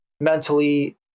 mentally